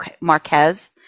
Marquez